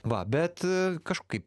va bet kažkaip